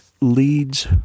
leads